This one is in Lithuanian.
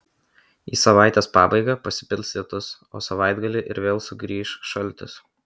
į savaitės pabaigą pasipils lietus o savaitgalį ir vėl sugrįš šaltis